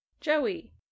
Joey